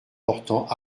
portant